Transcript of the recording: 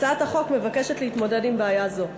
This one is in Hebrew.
הצעת החוק מבקשת להתמודד עם בעיה זו.